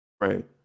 Right